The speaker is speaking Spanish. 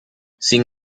sin